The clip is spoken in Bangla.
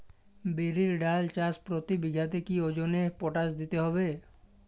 বিরির ডাল চাষ প্রতি বিঘাতে কি ওজনে পটাশ দিতে হবে?